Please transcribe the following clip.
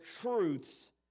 truths